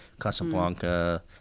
Casablanca